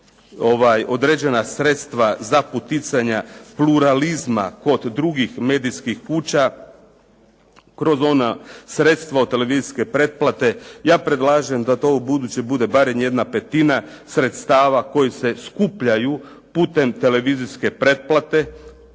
određena sredstva za poticanje pluralizma kod drugih medijskih kuća kroz ona sredstva televizijske pretplate. Ja predlažem da to ubuduće bude barem 1/5 sredstava koji se skupljaju putem televizijske pretplate